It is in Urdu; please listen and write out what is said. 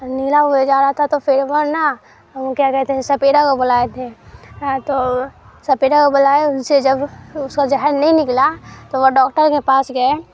نیلا ہوئے جا رہا تھا تو پھر وہ نا ہم کیا کہتے تھے سپیرا کو بلائے تھے ہاں تو سپیرا کو بلائے ان سے جب اس کا زہر نہیں نکلا تو وہ ڈاکٹر کے پاس گئے